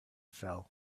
fell